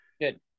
Good